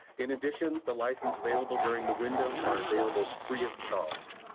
in addition, the license available during the window are available free of charge.